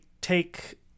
take